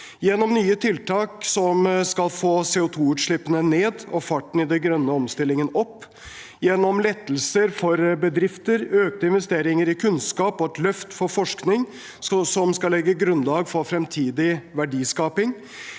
gjennom nye tiltak som skal få CO2-utslippene ned og farten i den grønne omstillingen opp – gjennom lettelser for bedrifter, økte investeringer i kunnskap og et løft for forskning som skal legge grunnlaget for fremtidig verdiskaping